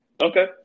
Okay